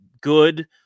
good